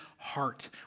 heart